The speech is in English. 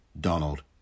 Donald